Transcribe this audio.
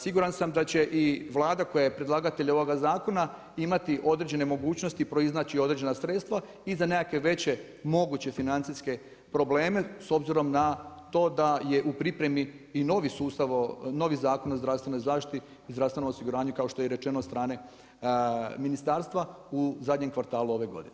Siguran sam da će i Vlada koja je predlagatelj ovoga zakona imati određene mogućnosti proiznaći određena sredstva i za nekakve veće moguće financijske probleme s obzirom na to da je u pripremi i novi sustav o, novi Zakon o zdravstvenoj zaštiti i zdravstvenom osiguranju kao što je i rečeno od strane ministarstva u zadnjem kvartalu ove godine.